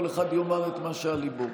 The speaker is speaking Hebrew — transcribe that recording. כל אחד יאמר את מה שעל ליבו.